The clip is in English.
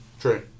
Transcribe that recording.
true